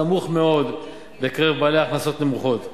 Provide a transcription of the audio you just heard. נמוך מאוד בקרב בעלי הכנסות נמוכות,